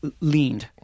leaned